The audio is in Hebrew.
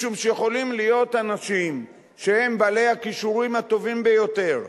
משום שיכולים להיות אנשים שהם בעלי הכישורים הטובים ביותר,